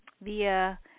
via